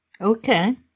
Okay